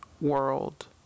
world